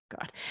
God